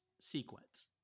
sequence